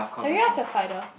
have you asked your father